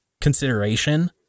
consideration